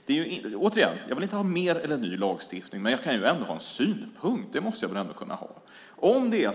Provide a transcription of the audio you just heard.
Jag vill inte ha mer eller ny lagstiftning, men jag måste väl ändå kunna ha en synpunkt.